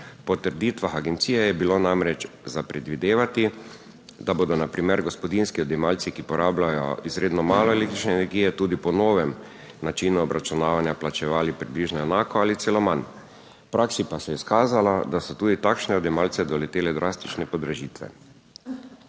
Po trditvah agencije je bilo namreč za predvidevati, da bodo na primer gospodinjski odjemalci, ki porabljajo izredno malo električne energije, tudi po novem načinu obračunavanja plačevali približno enako ali celo manj, v praksi pa se je izkazalo, da so tudi takšne odjemalce doletele drastične podražitve.